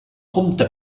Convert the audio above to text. comte